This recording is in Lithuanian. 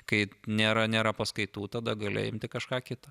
kai nėra nėra paskaitų tada gali imti kažką kita